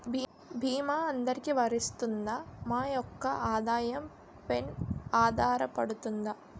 భీమా అందరికీ వరిస్తుందా? మా యెక్క ఆదాయం పెన ఆధారపడుతుందా?